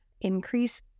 Increase